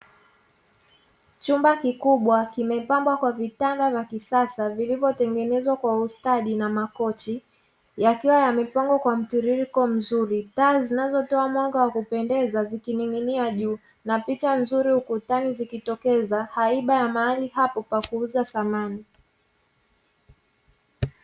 Chumba kikubwa kimepambwa kwa vitanda vya kisasa, vilivyotengenezwa kwa ustadi na makochi, yakiwa yamepangwa kwa mtiririko mzuri. Taa zinazotoa mwanga wa kupendeza zikining'inia juu, na picha nzuri ukutani zikitokeza haiba ya mahali hapo pa kuuza samani.